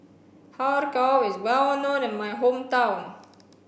har kow is well known in my hometown